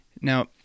Now